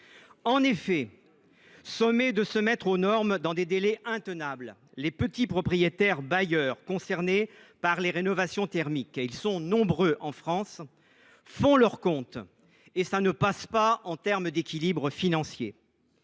En effet, sommés de se mettre aux normes dans des délais intenables, les petits propriétaires bailleurs concernés par les rénovations thermiques – ils sont nombreux en France – font leurs comptes. Or, en termes d’équilibre financier,